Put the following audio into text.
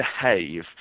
behave